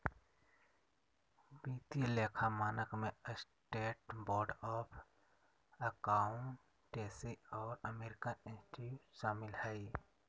वित्तीय लेखा मानक में स्टेट बोर्ड ऑफ अकाउंटेंसी और अमेरिकन इंस्टीट्यूट शामिल हइ